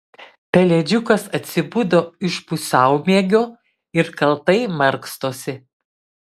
pelėdžiukas atsibudo iš pusiaumiegio ir kaltai markstosi